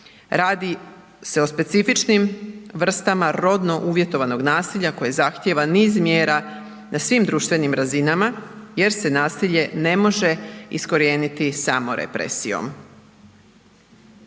Radi se o specifičnim vrstama rodno uvjetovanog nasilja koji zahtjeva niz mjera na svim društvenim razinama jer se nasilje ne može iskorijeniti samo represijom.